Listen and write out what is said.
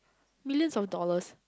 millions of dollars